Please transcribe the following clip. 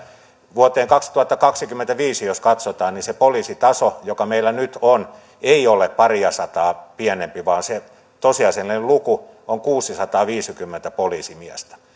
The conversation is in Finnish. vuoteen kaksituhattakaksikymmentäviisi jos katsotaan niin se poliisitaso joka meillä on ei ole pariasataa pienempi vaan se tosiasiallinen luku on kuusisataaviisikymmentä poliisimiestä